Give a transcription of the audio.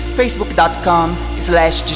facebook.com/slash